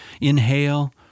Inhale